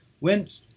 went